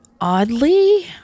oddly